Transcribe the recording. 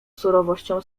surowością